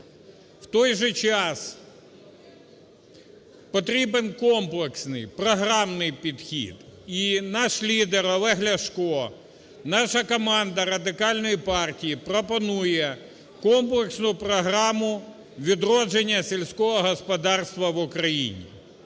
В той же час, потрібен комплексний, програмний підхід. І наш лідер Олег Ляшко, наша команда Радикальної партії пропонує комплексну програму відродження сільського господарства в Україні.